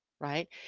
right